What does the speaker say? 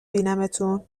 بینمتون